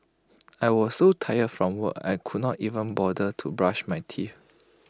I was so tired from work I could not even bother to brush my teeth